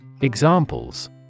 Examples